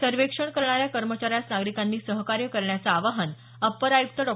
सर्वेक्षण करणाऱ्या कर्मचाऱ्यास नागरिकांनी सहकार्य करण्याचं आवाहन अप्पर आयुक्त डॉ